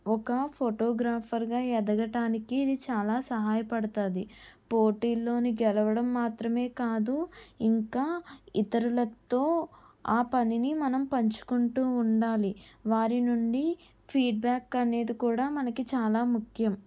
ఒక ఫోటోగ్రాఫర్గా ఎదగటానికి ఇది చాలా సహాయపడతది పోటీల్లోని గెలవడం మాత్రమే కాదు ఇంకా ఇతరులతో ఆ పనిని మనం పంచుకుంటూ ఉండాలి వారి నుండి ఫీడ్బ్యాక్ అనేది కూడా మనకి చాలా ముఖ్యం